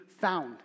found